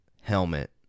helmet